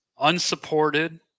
unsupported